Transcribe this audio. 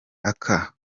aka